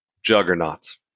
juggernauts